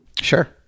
Sure